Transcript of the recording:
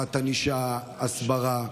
החמרת ענישה, הסברה,